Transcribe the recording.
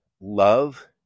love